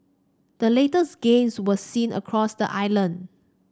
the latest gains was seen across the island